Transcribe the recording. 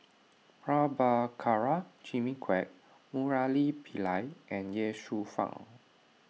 Prabhakara Jimmy Quek Murali Pillai and Ye Shufang